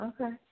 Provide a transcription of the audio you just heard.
Okay